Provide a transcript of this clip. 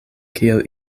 kiel